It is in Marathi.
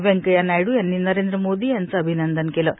वेंकथ्या नायडू यांनी नरेंद्र मोदी यांचं अभिनंदन केलं आहे